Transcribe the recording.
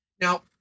Now